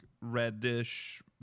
reddish